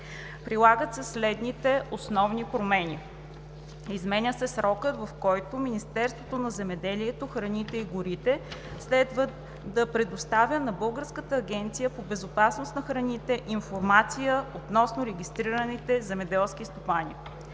Предлагат се следните основни промени: Изменя се срокът, в който Министерството на земеделието, храните и горите, следва да предоставя на Българската агенция по безопасност на храните информация относно регистрираните земеделски стопани.